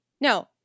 No